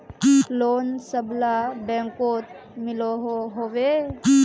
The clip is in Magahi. लोन सबला बैंकोत मिलोहो होबे?